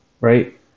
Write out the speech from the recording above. right